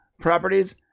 properties